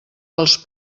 dels